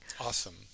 Awesome